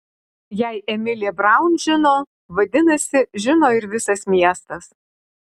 jei emilė braun žino vadinasi žino ir visas miestas